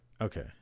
Okay